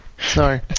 Sorry